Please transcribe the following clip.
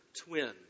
twin